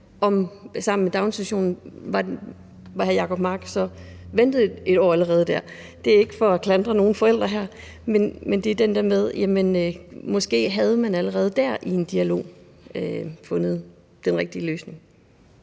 sammen med daginstitutionen, havde hr. Jacob Mark så ventet 1 år allerede dér. Det er ikke for at klandre nogen forældre her, men det er den der med, at måske havde man allerede dér i en dialog fundet den rigtige løsning.